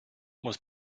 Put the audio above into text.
muss